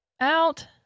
out